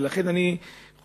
ולכן אני חושב,